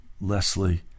Leslie